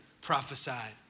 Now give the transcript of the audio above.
prophesied